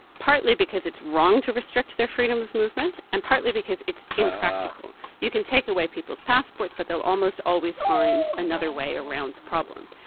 partly because it's wrong to restrict their freedom of movement, and partly because it's impractical. you can take away people's passports, but they'll almost always find another way around the problem.